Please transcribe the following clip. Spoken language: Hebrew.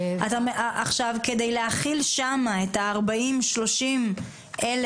כדי להכיל שם את אותם 30,000,